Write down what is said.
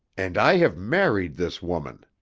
and i have married this woman!